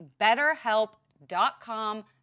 BetterHelp.com